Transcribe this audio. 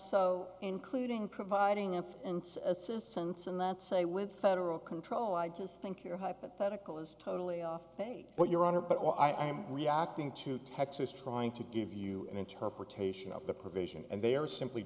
so including providing an assistance in that say with federal control i just think your hypothetical is totally off what your honor but all i'm reacting to texas trying to give you an interpretation of the provision and they are simply